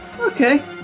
Okay